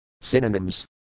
Synonyms